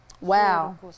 Wow